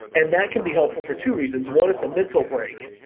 and that can be helpful for two reasons. one, it's a mental break,